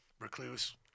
recluse